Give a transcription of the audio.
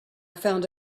found